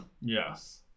Yes